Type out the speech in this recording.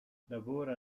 lavora